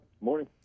morning